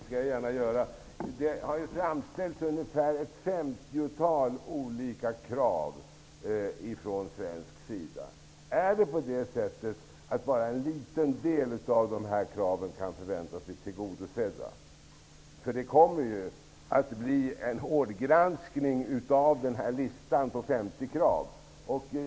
Herr talman! Det har ju framställts ungefär ett femtiotal olika krav från svensk sida. Är det på det sättet, att bara en liten del av dessa krav kan förväntas bli tillgodosedda? Det kommer ju att bli en hårdgranskning av den här listan på 50 krav.